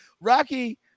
Rocky